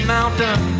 mountain